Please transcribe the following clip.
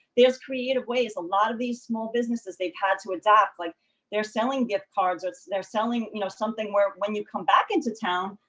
there's creative ways. a lot of these small businesses, they've had to adapt. like they're selling gift cards, or they're selling, you know, something where when you come back into town,